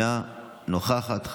אינה נוכחת,